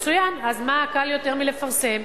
מצוין, אז מה קל יותר מלפרסם?